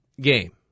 game